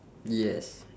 yes